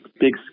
big